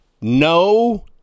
no